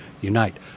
unite